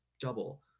double